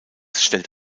stellt